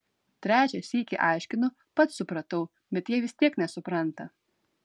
trečią sykį aiškinu pats supratau bet jie vis tiek nesupranta